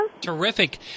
Terrific